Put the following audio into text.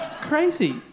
crazy